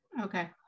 Okay